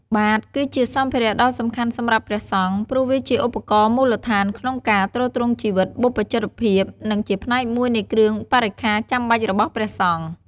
បាតគឺជាសម្ភារៈដ៏សំខាន់សម្រាប់ព្រះសង្ឃ ព្រោះវាជាឧបករណ៍មូលដ្ឋានក្នុងការទ្រទ្រង់ជីវិតបព្វជិតភាព និងជាផ្នែកមួយនៃគ្រឿងបរិក្ខារចាំបាច់របស់ព្រះសង្ឃ។